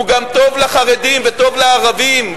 הוא גם טוב לחרדים וטוב לערבים,